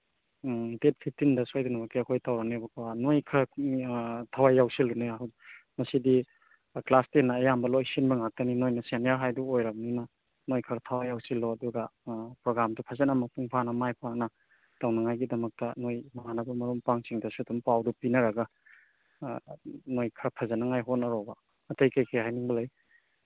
ꯎꯝ date ꯐꯤꯞꯇꯤꯟꯗ ꯁꯣꯏꯗꯅꯃꯛꯀꯤ ꯑꯩꯈꯣꯏ ꯇꯧꯅꯔꯦꯕꯀꯣ ꯅꯈꯣꯏ ꯈꯔ ꯊꯋꯥꯏ ꯌꯥꯎꯁꯜꯂꯨꯅꯦ ꯃꯁꯤꯗꯤ ꯀ꯭ꯂꯥꯁ ꯇꯦꯟꯅ ꯑꯌꯥꯝ ꯂꯣꯏ ꯁꯤꯟꯕ ꯉꯥꯛꯇꯅꯤ ꯅꯈꯣꯏꯅ ꯁꯦꯅꯤꯌꯔ ꯍꯥꯏꯗꯨ ꯑꯣꯏꯔꯕꯅꯤꯅ ꯅꯈꯣꯏ ꯈꯔ ꯊꯋꯥꯏ ꯌꯥꯎꯁꯤꯜꯂꯣ ꯑꯗꯨꯒ ꯄ꯭ꯔꯣꯒ꯭ꯔꯥꯝꯗꯨ ꯐꯖꯅ ꯃꯄꯨꯡ ꯐꯥꯅ ꯃꯥꯏ ꯄꯥꯛꯅ ꯇꯧꯅꯉꯥꯏꯒꯤꯗꯃꯛꯇ ꯅꯈꯣꯏ ꯅꯃꯥꯟꯅꯕ ꯃꯔꯨꯞ ꯃꯄꯥꯡꯁꯤꯡꯗꯁꯨ ꯑꯗꯨꯝ ꯄꯥꯎꯗꯨ ꯄꯤꯅꯔꯒ ꯅꯈꯣꯏ ꯈꯔ ꯐꯖꯅꯤꯡꯉꯥꯏ ꯍꯣꯠꯅꯔꯛꯑꯣꯕ ꯑꯇꯩ ꯀꯔꯤ ꯀꯔꯤ ꯍꯥꯏꯅꯤꯡꯕ ꯂꯩ